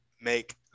make